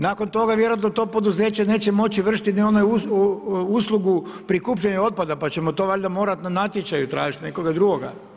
Nakon toga vjerojatno to poduzeće neće moći vršiti ni onu uslugu prikupljanja otpada, pa ćemo to valjda morati na natječaju tražiti, nekoga drugoga.